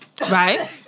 Right